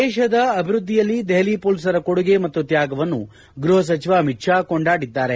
ದೇಶದ ಅಭಿವೃದ್ದಿಯಲ್ಲಿ ದೆಹಲಿ ಹೊಲೀಸರ ಕೊಡುಗೆ ಮತ್ತು ತ್ಯಾಗವನ್ನು ಗೃಹ ಸಚಿವ ಅಮಿತ್ ಶಾ ಕೊಂಡಾಡಿದ್ದಾರೆ